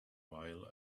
while